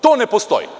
To ne postoji.